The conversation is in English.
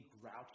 grouchy